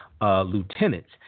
lieutenants